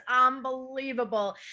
unbelievable